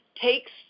takes